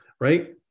right